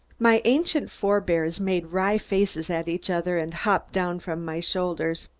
my ancient forebears made wry faces at each other and hopped down from my shoulders.